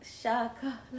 Shaka